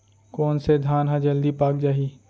कोन से धान ह जलदी पाक जाही?